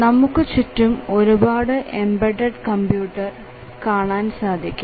നമുക്കു ചുറ്റും ഒരുപാട് എംബഡ് കമ്പ്യൂട്ടർ നമുക്ക് കാണാൻ സാധിക്കും